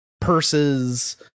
purses